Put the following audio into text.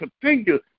continue